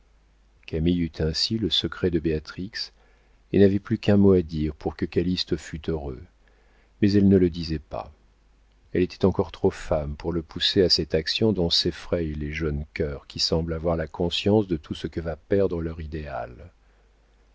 camille eut ainsi le secret de béatrix et n'avait plus qu'un mot à dire pour que calyste fût heureux mais elle ne le disait pas elle était encore trop femme pour le pousser à cette action dont s'effraient les jeunes cœurs qui semblent avoir la conscience de tout ce que va perdre leur idéal